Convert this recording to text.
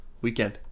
weekend